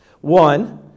One